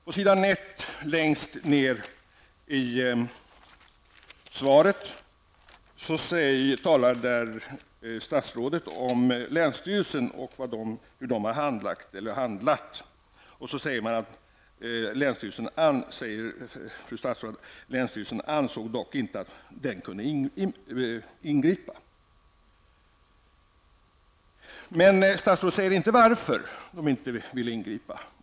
På s. 1 i svaret, längst ned, talar fru statsrådet om länsstyrelsen och hur den har handlat. Fru statsrådet säger att: Länsstyrelsen ansåg dock att den inte kunde ingripa. Men statsrådet säger inte varför länsstyrelsen inte vill ingripa.